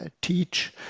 teach